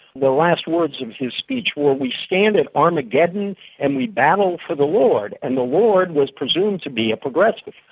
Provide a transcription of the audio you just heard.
the last words of his speech were, we stand at armageddon and we battle for the lord. and the lord was presumed to be a progressive.